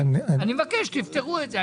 אני מבקש שתפתרו את זה.